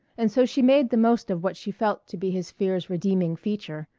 and so she made the most of what she felt to be his fear's redeeming feature,